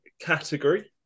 category